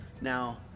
Now